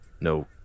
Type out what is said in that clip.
no